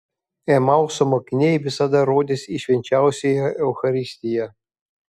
emauso mokiniai visada rodys į švenčiausiąją eucharistiją